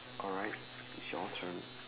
alright it's your turn